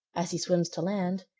as he swims to land,